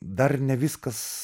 dar ne viskas